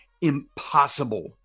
impossible